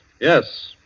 Yes